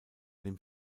dem